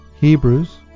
Hebrews